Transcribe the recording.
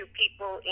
people